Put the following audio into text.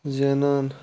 زیٚنان